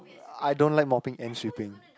I don't like mopping and sweeping